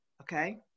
Okay